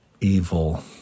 evil